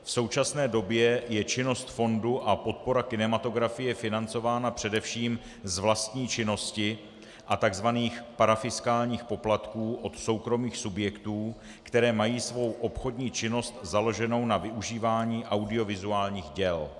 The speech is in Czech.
V současné době je činnost fondu a podpora kinematografie financována především z vlastní činnosti a takzvaných parafiskálních poplatků od soukromých subjektů, které mají svou obchodní činnost založenou na využívání audiovizuálních děl.